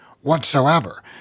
whatsoever